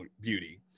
beauty